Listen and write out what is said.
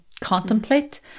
contemplate